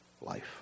life